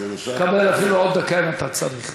קבל אפילו עוד דקה, אם אתה צריך.